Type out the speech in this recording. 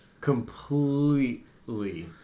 completely